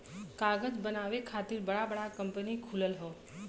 कागज बनावे खातिर बड़ा बड़ा कंपनी खुलल हौ